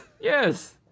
Yes